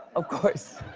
of course.